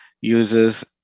uses